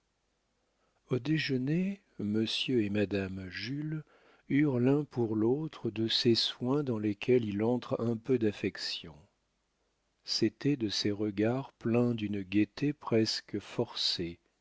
au déjeuner monsieur et madame jules eurent l'un pour l'autre de ces soins dans lesquels il entre un peu d'affectation c'était de ces regards pleins d'une gaieté presque forcée